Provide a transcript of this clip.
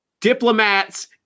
diplomats